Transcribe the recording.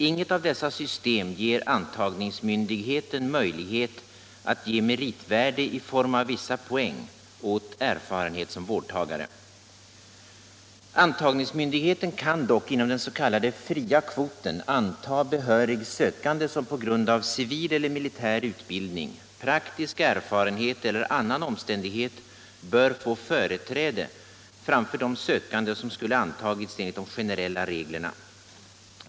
Inget av dessa system lämnar antagningsmyndigheten möjlighet att ge meritvärde i form av vissa poäng åt erfarenhet som vårdtagare. Antagningsmyndigheten kan dock inom den s.k. fria kvoten anta behörig sökande som på grund av civil eller militär utbildning, praktisk erfarenhet eller annan omständighet bör få företräde framför de sökande som skulle antagits enligt de generella reglerna.